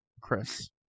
Chris